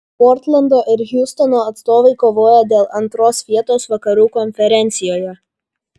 portlando ir hjustono atstovai kovoja dėl antros vietos vakarų konferencijoje